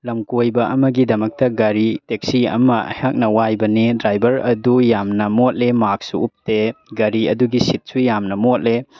ꯂꯝ ꯀꯣꯏꯕ ꯑꯃꯒꯤꯗꯃꯛꯇ ꯒꯥꯔꯤ ꯇꯦꯛꯁꯤ ꯑꯃ ꯑꯩꯍꯥꯛꯅ ꯋꯥꯏꯕꯅꯦ ꯗ꯭ꯔꯥꯏꯕꯔ ꯑꯗꯨ ꯌꯥꯝꯅ ꯃꯣꯠꯂꯦ ꯃꯥꯛꯁꯁꯨ ꯎꯞꯇꯦ ꯒꯥꯔꯤ ꯑꯗꯨꯒꯤ ꯁꯤꯠꯁꯨ ꯌꯥꯝꯅ ꯃꯣꯠꯂꯦ